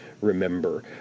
remember